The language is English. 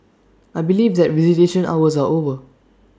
I believe that visitation hours are over